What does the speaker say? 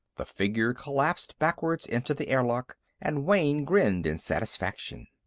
the figure collapsed backwards into the airlock, and wayne grinned in satisfaction.